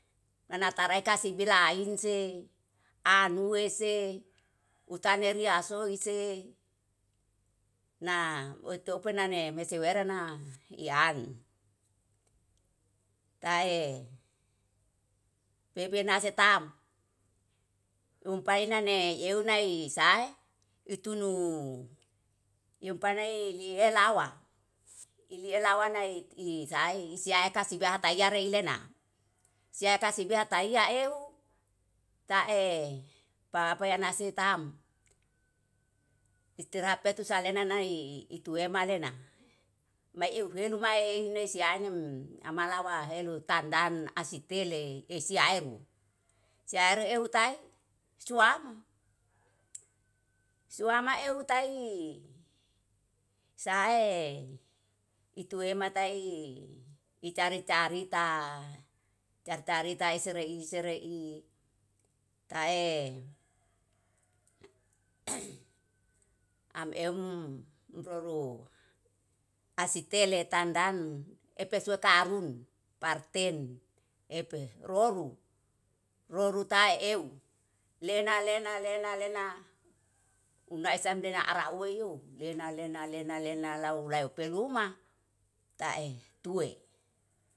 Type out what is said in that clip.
Mana tarae kasi bila inse anuese utani ria ahsoe ise na otopenane mese wera na ian. Tae pepenase tam umpai nane euw nai sae itunu empanai lielawa ilelawa nai i sae isiae kasibia atahia rei lena si kasibia hataia ehu tae pape nase tam, istirahat petu salena nai ituema lena. Mae ehu helu mae himne sianem ama lawa helu tandan asitele esiah eru, siaheru ehu tae suam suame ehu tai sae itu ema tai icari carita carita-carita ese rei. Ese rei tae am eum proru asitele tandan epe sua karun parten epe roru roru taeu lena lena lena lena una esem lena ara uweiyo lena lena lena lena lau alw peluma tae tue.